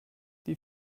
die